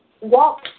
Walk